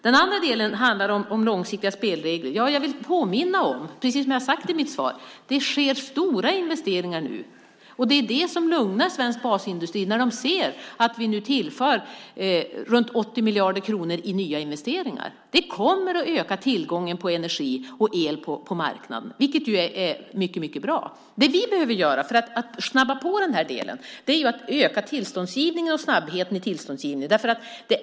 Den andra delen handlar om långsiktiga spelregler. Jag vill påminna om att det, precis som jag har sagt i mitt svar, sker stora investeringar nu. Det är det som lugnar svensk basindustri. Man ser att vi nu tillför runt 80 miljarder kronor i nya investeringar. Det kommer att öka tillgången på energi och el på marknaden, vilket är mycket bra. Det vi behöver göra för att snabba på den här delen är att öka tillståndsgivningen och snabbheten i den.